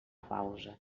pausa